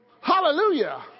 Hallelujah